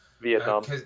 Vietnam